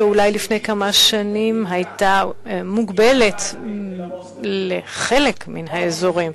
שאולי לפני כמה שנים הייתה מוגבלת לחלק מן האזורים.